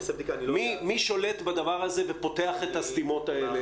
מי שולט בדבר הזה, ופותח את הסתימות האלה?